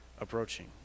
approaching